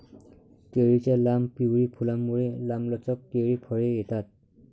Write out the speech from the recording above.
केळीच्या लांब, पिवळी फुलांमुळे, लांबलचक केळी फळे येतात